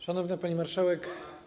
Szanowna Pani Marszałek!